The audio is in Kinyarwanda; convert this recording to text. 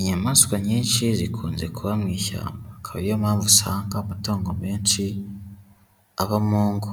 Inyamaswa nyinshi zikunze kuba mu ishyamba, akaba ariyo mpamvu usanga amatungo menshi aba mu ngo.